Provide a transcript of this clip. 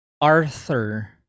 Arthur